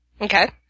Okay